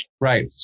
Right